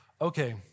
okay